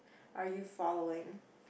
are you following